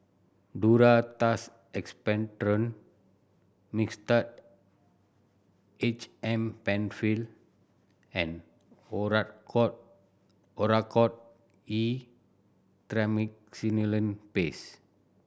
Duro Tuss Expectorant Mixtard H M Penfill and Oracort Oracort E Triamcinolone Paste